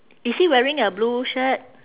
is he wearing a blue shirt